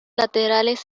laterales